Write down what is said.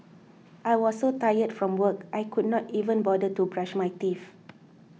I was so tired from work I could not even bother to brush my teeth